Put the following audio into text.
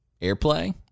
airplay